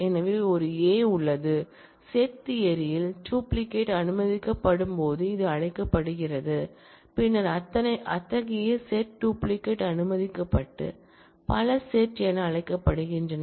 எனவே ஒரு a உள்ளது செட் தியரில் டூப்ளிகேட் அனுமதிக்கப்படும்போது இது அழைக்கப்படுகிறது பின்னர் அத்தகைய செட் டூப்ளிகேட் அனுமதிக்கப்பட்டு பல செட் என அழைக்கப்படுகின்றன